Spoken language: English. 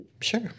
Sure